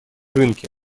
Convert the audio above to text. рынки